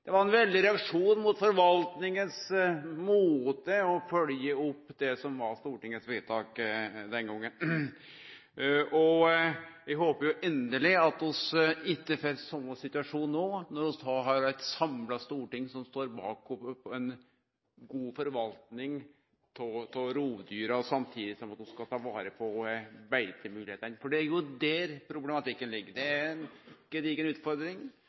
Det var ein veldig reaksjon mot forvaltinga sin måte å følgje opp det som var Stortingets vedtak den gongen. Eg håper inderleg at vi ikkje får en sånn situasjon no, når vi har eit samla storting som står bak ei god forvalting av rovdyra, samtidig som vi skal ta vare på beitemoglegheitene – for det er der problematikken ligg. Det er ei gedigen utfordring.